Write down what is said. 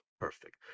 perfect